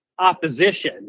opposition